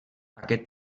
aquest